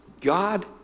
God